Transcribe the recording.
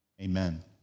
Amen